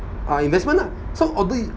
ah investment lah so although you